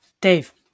Dave